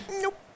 Nope